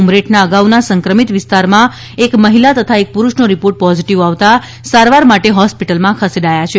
ઉમરેઠના અગાઉના સંક્રમિત વિસ્તારમાં એક મહિલા તથા એક પુરૂષનો રીપોર્ટ પોઝીટીવ આવતાં સારવાર માટે હોસ્પિટલમાં ખસેડાયા છે